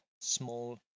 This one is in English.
small